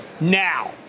now